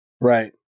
Right